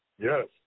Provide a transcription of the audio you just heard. Yes